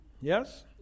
Yes